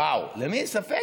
וואו, למי יש ספק?